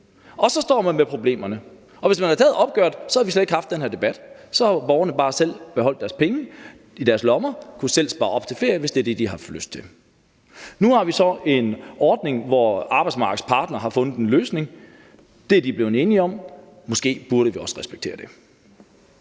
og så står man med problemerne. Hvis man havde taget opgøret, havde vi slet ikke haft den her debat. Så havde borgerne bare selv beholdt deres penge i deres lommer og selv kunnet spare op til deres ferie, hvis det var det, de havde lyst til. Nu har vi så en ordning, hvor arbejdsmarkedets parter har fundet en løsning – det er de blevet enige om. Måske burde vi også respektere det.